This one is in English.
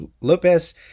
Lopez